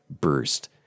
burst